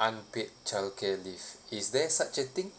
unpaid childcare leave is there such a thing